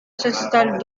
s’installe